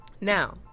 Now